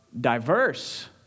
diverse